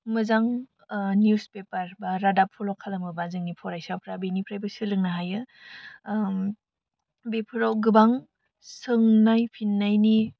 मोजां newspaper बा रादबा फल' खालामोबा जोंनि फरायसाफ्रा बिनिफ्रायबो सोलोंनो हायो बेफोराव गोबां सोंनाय फिन्नायनि